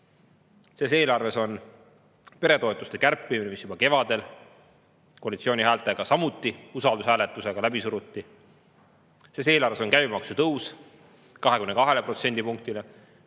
Selles eelarves on peretoetuste kärpimine, mis juba kevadel koalitsiooni häältega samuti usaldushääletusega läbi suruti. Selles eelarves on käibemaksu tõus 22